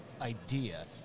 idea